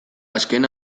azken